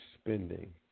spending